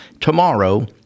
tomorrow